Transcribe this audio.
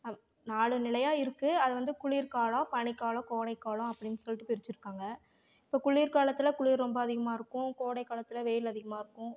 நாலு நிலையாக இருக்குது அது வந்து குளிர் காலம் பனி காலம் கோடை காலம் அப்படின்னு சொல்லிட்டு பிரிச்சுருக்காங்க இப்போ குளிர் காலத்தில் குளிர் ரொம்ப அதிகமாக இருக்கும் கோடை காலத்தில் வெயில் அதிகமாக இருக்கும்